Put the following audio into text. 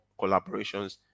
collaborations